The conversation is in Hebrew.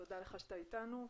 תודה לך שאתה איתנו,